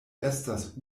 estas